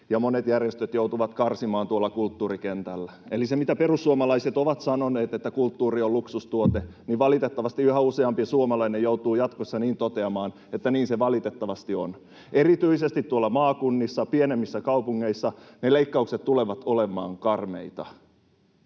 monet järjestöt joutuvat karsimaan tuolla kulttuurikentällä. Eli kuten perussuomalaiset ovat sanoneet, että kulttuuri on luksustuote, niin valitettavasti yhä useampi suomalainen joutuu jatkossa toteamaan, että niin se valitettavasti on. Erityisesti tuolla maakunnissa, pienemmissä kaupungeissa, ne leikkaukset tulevat olemaan karmeita.